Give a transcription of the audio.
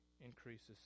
increases